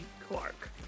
Clark